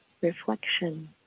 Reflection